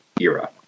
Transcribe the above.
era